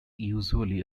usually